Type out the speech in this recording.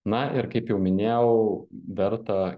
na ir kaip jau minėjau verta